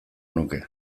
nuke